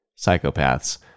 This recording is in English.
psychopaths